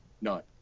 none